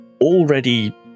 already